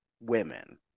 women